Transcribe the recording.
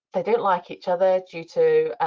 they don't like each other due to